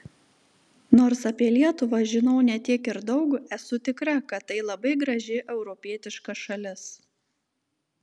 nors apie lietuvą žinau ne tiek ir daug esu tikra kad tai labai graži europietiška šalis